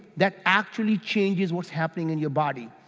that actually changes what's happening in your body.